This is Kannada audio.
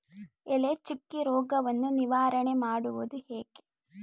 ಎಲೆ ಚುಕ್ಕಿ ರೋಗವನ್ನು ನಿವಾರಣೆ ಮಾಡುವುದು ಹೇಗೆ?